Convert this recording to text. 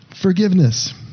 forgiveness